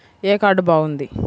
ఏ card బాగుంది?